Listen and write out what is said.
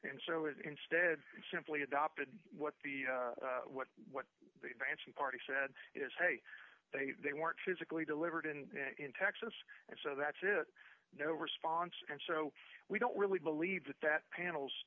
and so is instead simply adopted what the what what the advancing party said is hey they they weren't physically delivered in in texas and so that's it no response and so we don't really believe that that panel